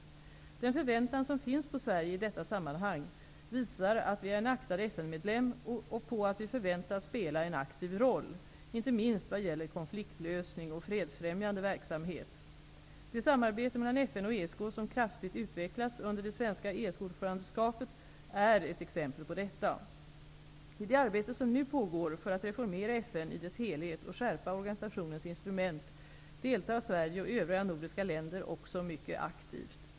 Den förväntan som finns på Sverige i detta sammanhang visar på att vi är en aktad FN-medlem och att vi förväntas spela en aktiv roll, inte minst vad gäller konfliktlösning och fredsfrämjande verksamhet. Det samarbete mellan FN och ESK som kraftigt utvecklats under det svenska ESK-ordförandeskapet är ett exempel på detta. I det arbete som nu pågår för att reformera FN i dess helhet och skärpa organisationens instrument, deltar Sverige och övriga nordiska länder också mycket aktivt.